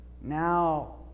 now